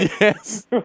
Yes